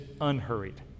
unhurried